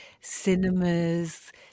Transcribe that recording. cinemas